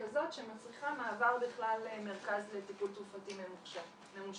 כזאת שמצריכה מעבר בכלל למרכז לטיפול תרופתי ממושך.